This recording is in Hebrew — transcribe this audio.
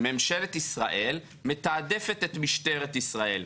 ממשלת ישראל מתעדפת את משטרת ישראל,